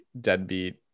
deadbeat